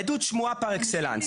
עדות שמועה לחלוטין.